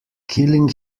killing